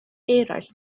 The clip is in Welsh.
eraill